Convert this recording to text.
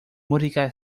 música